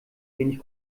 wenig